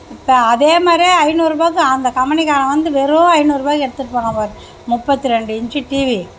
இப்போ அதே மாதிரியே ஐநூறுபாக்கு அந்த கம்பெனிக்காரன் வந்து வெறும் ஐநூறுவாய்க்கு எடுத்துட் போறான் பார் முப்பத்து ரெண்டு இன்ச்சு டிவி